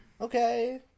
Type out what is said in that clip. Okay